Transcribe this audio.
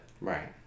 Right